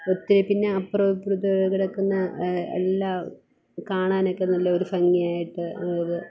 ഒത്തിരി പിന്നെ അപ്പുറവും ഇപ്പറത്തെ കിടക്കുന്ന എല്ലാം കാണാനൊക്കെ നല്ല ഒരു ഭംഗിയായിട്ട് ഉള്ളത്